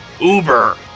Uber